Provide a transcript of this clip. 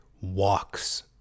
walks